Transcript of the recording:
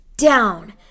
Down